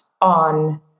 on